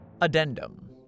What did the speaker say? Addendum